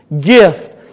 gift